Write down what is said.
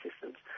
systems